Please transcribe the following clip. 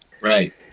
Right